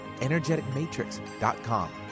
energeticmatrix.com